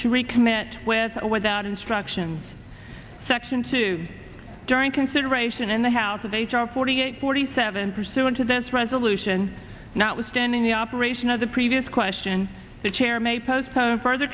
to recommit with or without instructions section two during consideration in the house of h r forty eight forty seven pursuant to this resolution not withstanding the operation of the previous question the chair may postpone further